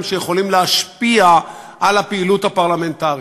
שיכולים להשפיע על הפעילות הפרלמנטרית.